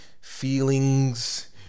feelings